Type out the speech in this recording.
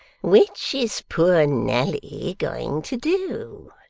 which is poor nelly going to do